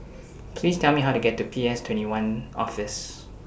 Please Tell Me How to get to P S twenty one Office